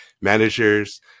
managers